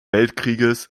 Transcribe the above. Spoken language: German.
weltkrieges